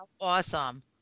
awesome